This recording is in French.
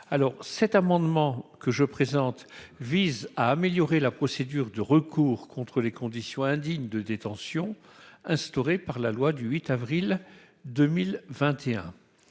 Le présent amendement vise à améliorer la procédure de recours contre les conditions indignes de détention instaurées par la loi du 8 avril 2021.